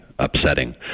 upsetting